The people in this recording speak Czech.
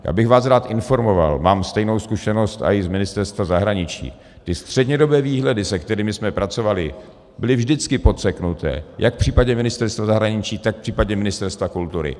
Rád bych vás informoval, mám stejnou zkušenost i z Ministerstva zahraničí, ty střednědobé výhledy, se kterými jsme pracovali, byly vždycky podseknuté, jak v případě Ministerstva zahraničí, tak v případě Ministerstva kultury.